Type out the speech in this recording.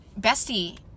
bestie